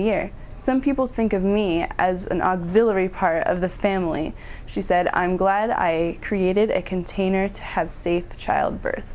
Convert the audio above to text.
year some people think of me as an auxiliary part of the family she said i'm glad i created a container to have see childbirth